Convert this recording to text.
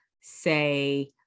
say